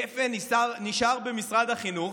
גפ"ן נשאר במשרד החינוך,